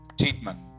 treatment